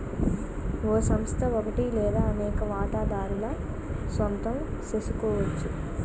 ఓ సంస్థ ఒకటి లేదా అనేక వాటాదారుల సొంతం సెసుకోవచ్చు